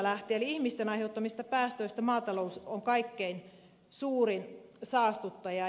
eli ihmisten aiheuttamista päästöistä maatalous on kaikkein suurin saastuttaja